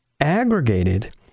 aggregated